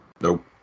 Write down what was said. Nope